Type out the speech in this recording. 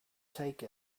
take